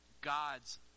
God's